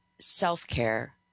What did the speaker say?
self-care